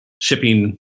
shipping